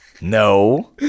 No